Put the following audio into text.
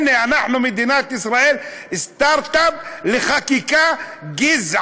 הנה, אנחנו, מדינת ישראל, סטרט-אפ לחקיקה גזענית.